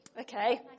okay